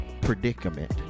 predicament